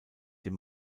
dem